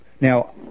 Now